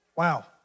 Wow